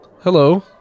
Hello